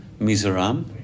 Mizoram